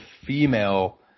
female